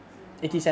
zero point